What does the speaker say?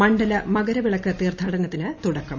മണ്ഡല മകരവിളക്ക് തീർത്ഥാടനത്തിന് തുടക്കം